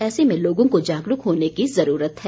ऐसे में लोगों को जागरूक होने की जरूरत है